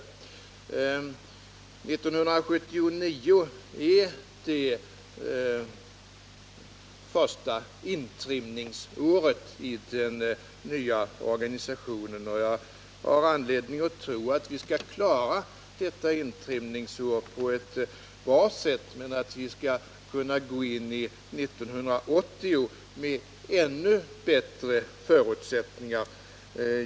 1979 är det första intrimningsåret i den nya organisationen, och jag har anledning att tro att vi skall klara detta intrimningsår på ett bra sätt men att vi skall kunna gå in i 1980 med ännu bättre förutsättningar.